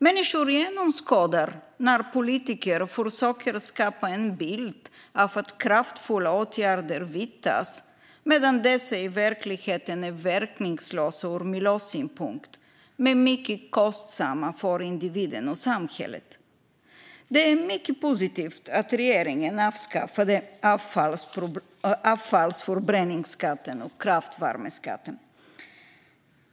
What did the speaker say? Människor genomskådar när politiker försöker skapa en bild av att kraftfulla åtgärder vidtas när de i verkligheten är verkningslösa ur miljösynpunkt och mycket kostsamma för individen och samhället. Det är mycket positivt att regeringen avskaffade avfallsförbränningsskatten och kraftvärmeskatten.